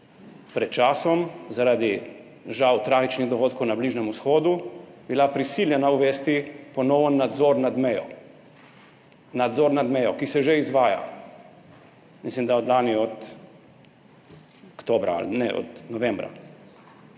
pred časom zaradi žal tragičnih dogodkov na Bližnjem vzhodu prisiljena uvesti ponoven nadzor nad mejo. Nadzor nad mejo, ki se že izvaja, mislim, da od lani od oktobra,